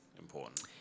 important